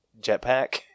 jetpack